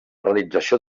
realització